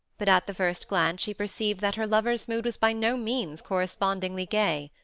but at the first glance she perceived that her lover's mood was by no means correspondingly gay.